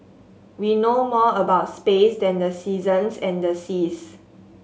we know more about space than the seasons and the seas